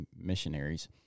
missionaries